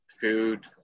food